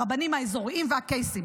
הרבנים האזוריים והקייסים,